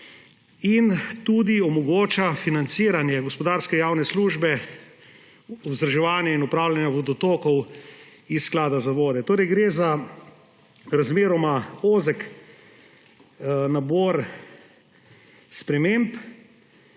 in omogoča tudi financiranje gospodarske javne službe, vzdrževanje in upravljanje vodotokov, iz Sklada za vode. Torej gre za razmeroma ozek nabor sprememb,